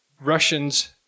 Russians